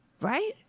Right